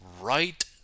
right